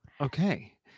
Okay